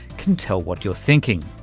can tell what you're thinking?